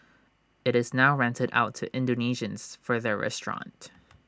IT is now rented out to Indonesians for their restaurant